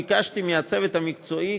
ביקשתי מהצוות המקצועי,